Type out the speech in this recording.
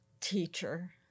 Teacher